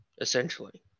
essentially